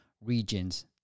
regions